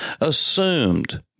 assumed